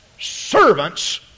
servants